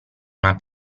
una